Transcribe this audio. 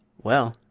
well,